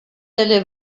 теле